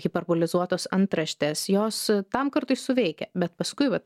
hiperbolizuotos antraštės jos tam kartui suveikia bet paskui vat